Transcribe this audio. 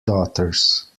daughters